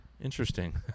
Interesting